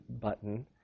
button